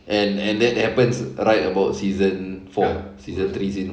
and and that happens right about season four season three season